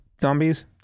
zombies